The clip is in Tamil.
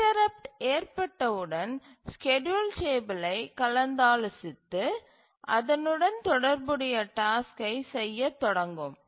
இன்டரப்ட்டு ஏற்பட்டவுடன் ஸ்கேட்யூல் டேபிளை கலந்தாலோசித்து அதனுடன் தொடர்புடைய டாஸ்க்கை செய்யத் தொடங்கும்